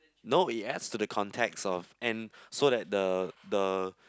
no it adds to the context of and so that the the